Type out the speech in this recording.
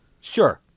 Sure